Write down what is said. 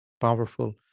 Powerful